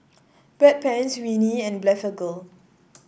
Bedpans Rene and Blephagel